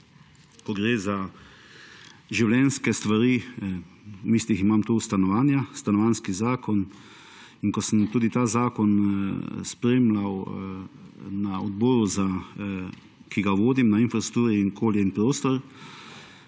ko gre za življenjske stvari, v mislih imam tu stanovanja, stanovanjski zakon, in ko sem tudi ta zakon spremljal na odboru, ki ga vodim, na Odboru za infrastrukturo, okolje in prostor,